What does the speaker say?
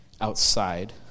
outside